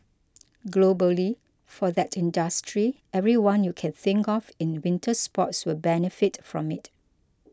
globally for that industry everyone you can think of in winter sports will benefit from it